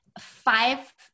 five